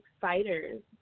fighters